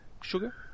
sugar